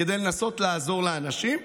כדי לנסות לעזור לאנשים,